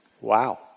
Wow